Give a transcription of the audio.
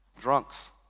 Drunks